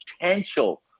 potential